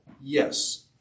Yes